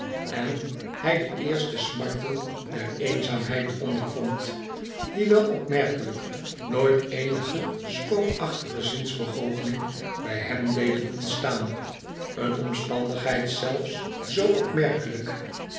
en hij de eerste smarten der eenzaamheid ondervond die wel opmerkelijk nooit eenige spookachtige zinsbegoocheling bij hem deden ontstaan een omstandigheid zelfs zoo opmerkelijk